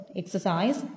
exercise